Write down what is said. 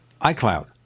iCloud